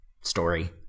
story